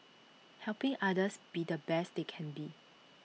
helping others be the best they can be